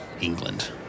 England